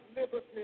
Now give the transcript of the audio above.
liberty